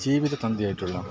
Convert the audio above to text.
ജീവിത തന്തിയായിട്ടുള്ള